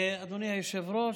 אדוני היושב-ראש,